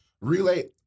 Relay